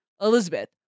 Elizabeth